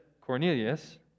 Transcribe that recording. Cornelius